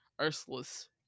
Ursula's